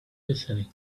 listening